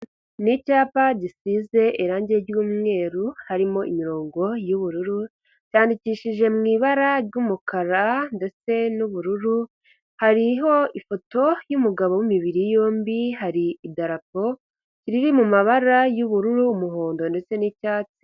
Ni icyapa gisize irangi ry'umweru harimo imirongo y'ubururu, cyandikishije mu ibara ry'umukara ndetse n'ubururu, hariho ifoto y'umugabo w'imibiri yombi, hari idarapo riri mu mabara y'ubururu umuhondo ndetse n'icyatsi.